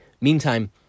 Meantime